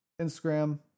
Instagram